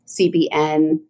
CBN